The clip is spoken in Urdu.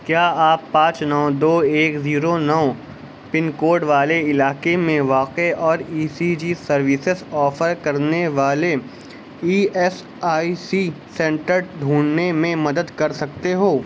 کیا آپ پانچ نو دو ایک زیرو نو پن کوڈ والے علاقے میں واقع اور E C G services offer کرنے والے E S I C centre ڈھونڈنے میں مدد کر سکتے ہو